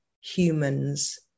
humans